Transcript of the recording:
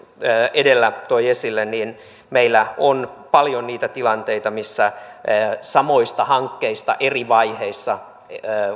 edellä toi esille meillä on paljon niitä tilanteita missä samoista hankkeista eri vaiheissa